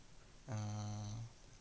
err